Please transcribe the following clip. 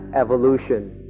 evolution